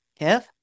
Kev